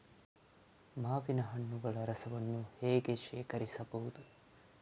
ಮಾವಿನ ಹಣ್ಣುಗಳ ರಸವನ್ನು ಹೇಗೆ ಶೇಖರಿಸಬಹುದು?